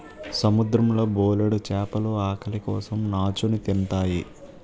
సముద్రం లో బోలెడు చేపలు ఆకలి కోసం నాచుని తింతాయి